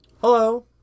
Hello